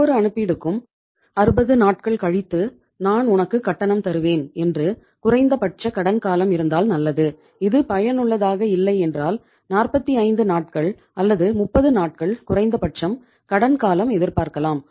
ஒவ்வொரு அனுப்பீடுக்கும் 60 நாட்கள் கழித்து நான் உனக்கு கட்டணம் தருவேன் என்று குறைந்தபட்ச கடன் காலம் இருந்தால் நல்லது இது பயனுள்ளதாக இல்லை என்றால் 45 நாட்கள் அல்லது 30 நாட்கள் குறைந்தபட்சம் கடன் காலம் எதிர்பார்க்கலாம்